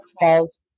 falls